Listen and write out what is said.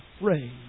afraid